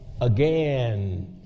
again